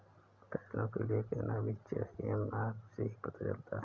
फसलों के लिए कितना बीज चाहिए माप से ही पता चलता है